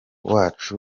wacu